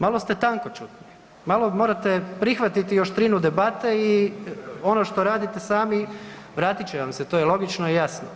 Malo ste tankoćutni, malo morate prihvatiti oštrinu debate i ono što radite sami vratit će vam se to je logično i jasno.